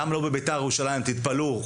גם לא בבית"ר ירושלים תתפלאו,